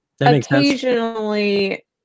occasionally